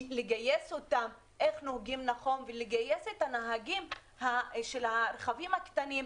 לגייס אותם איך נוהגים נכון ולגייס את הנהגים של הרכבים הקטנים,